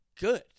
good